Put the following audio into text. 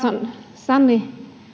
sanni